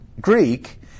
Greek